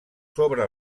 sobre